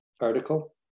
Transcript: article